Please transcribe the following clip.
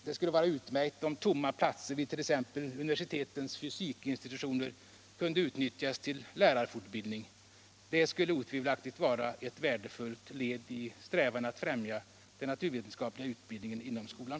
Det skulle vara utmärkt om tomma platser vid t.ex. universitetens fysikinstitutioner kunde utnyttjas till lärarfortbildning. Det skulle otvivelaktigt vara ett värdefullt led i strävan att främja den naturvetenskapliga utbildningen inom skolan.